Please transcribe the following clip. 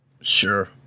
sure